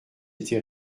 été